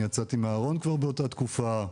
אני יצאתי מהארון כבר באותה התקופה,